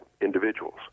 individuals